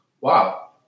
Wow